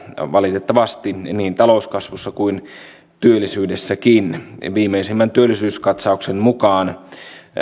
valitettavasti niin talouskasvussa kuin työllisyydessäkin viimeisimmän työllisyyskatsauksen mukaan